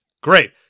great